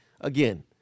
Again